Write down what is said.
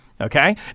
Okay